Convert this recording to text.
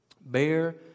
bear